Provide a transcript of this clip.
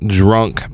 drunk